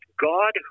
God